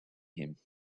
him